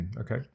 okay